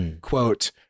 quote